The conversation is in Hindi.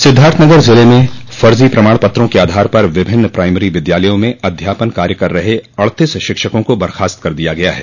सिद्धार्थ नगर ज़िले में फर्जा प्रमाण पत्रों के आधार पर विभिन्न प्राइमरी विद्यालयों में अध्यापन कार्य कर रहे अड़तीस शिक्षकों को बर्खास्त कर दिया गया है